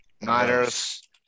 Niners